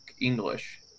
english